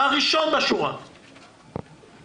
ההמלצה הייתה לרשימה שמופיעה לך,